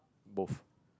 both